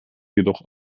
jedoch